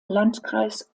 landkreis